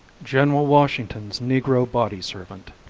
general washington's negro body-servant